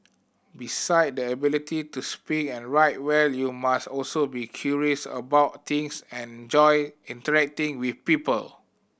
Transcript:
beside the ability to speak and write well you must also be curious about things and enjoy interacting with people